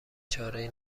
چارهای